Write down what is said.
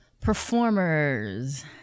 performers